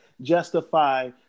justify